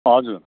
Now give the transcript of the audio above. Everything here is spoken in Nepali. हजुर